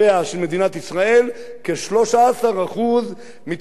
כ-13% מתושביה היהודים של מדינת ישראל,